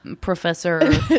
Professor